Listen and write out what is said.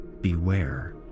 beware